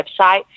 website